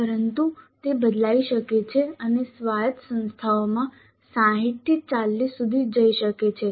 પરંતુ તે બદલાઈ શકે છે અને સ્વાયત્ત સંસ્થાઓમાં 6040 સુધી જઈ શકે છે